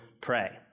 pray